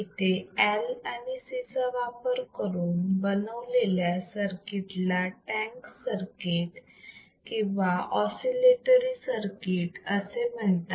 इथे L आणि C चा वापर करून बनवलेल्या सर्किट ला टँक सर्किट किंवा ऑसिलेटरी सर्किट असे म्हणतात